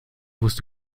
wusste